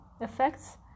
effects